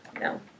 No